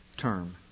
term